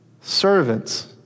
servants